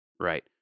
Right